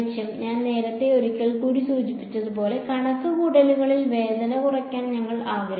ഞാൻ നേരത്തെ ഒരിക്കൽ കൂടി സൂചിപ്പിച്ചതുപോലെ കണക്കുകൂട്ടലുകളിൽ വേദന കുറയ്ക്കാൻ ഞങ്ങൾ ആഗ്രഹിക്കുന്നു